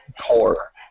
core